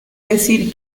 decir